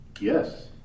Yes